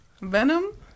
venom